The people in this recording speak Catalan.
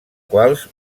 quals